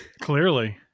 clearly